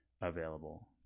available